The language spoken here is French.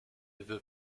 veut